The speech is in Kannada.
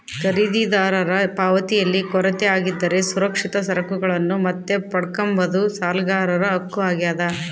ಖರೀದಿದಾರರ ಪಾವತಿಯಲ್ಲಿ ಕೊರತೆ ಆಗಿದ್ದರೆ ಸುರಕ್ಷಿತ ಸರಕುಗಳನ್ನು ಮತ್ತೆ ಪಡ್ಕಂಬದು ಸಾಲಗಾರರ ಹಕ್ಕು ಆಗ್ಯಾದ